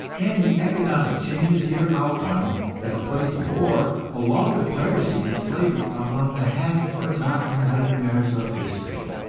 and the economic changes here outlined have placed war, along with piracy and slavery, among the half-forgotten nightmares of history.